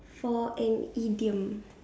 for an idiom